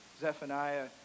Zephaniah